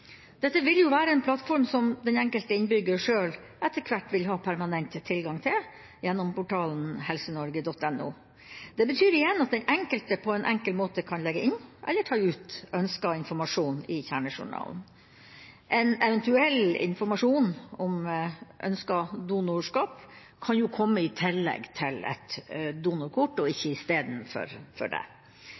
Dette vil være en plattform som den enkelte innbygger sjøl etter hvert vil ha permanent tilgang til gjennom portalen helsenorge.no. Det betyr igjen at den enkelte på en enkel måte kan legge inn, eller ta ut, ønsket informasjon i kjernejournalen. En eventuell informasjon om ønsket donorskap kan komme i tillegg til – og ikke istedenfor